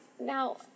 now